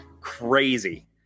crazy